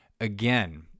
Again